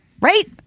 right